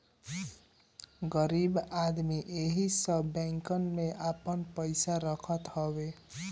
गरीब आदमी एही सब बैंकन में आपन पईसा रखत हवे